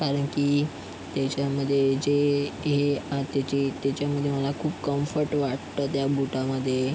कारण की त्याच्यामध्ये जे हे त्याचे त्याच्यामध्ये मला कम्फर्ट वाटते त्या बुटामध्ये